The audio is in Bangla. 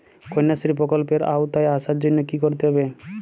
কন্যাশ্রী প্রকল্পের আওতায় আসার জন্য কী করতে হবে?